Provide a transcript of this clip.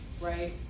Right